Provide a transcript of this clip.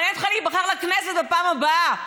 מעניין אותך להיבחר לכנסת בפעם הבאה,